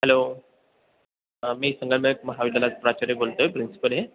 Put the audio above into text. hello मी संगमनेर महाविद्यालय प्राचार्य बोलतो आहे प्रिन्सिपल आहे